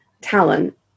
talent